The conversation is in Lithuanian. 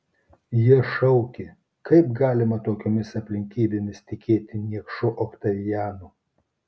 jie šaukė kaip galima tokiomis aplinkybėmis tikėti niekšu oktavianu